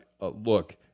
look